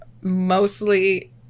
mostly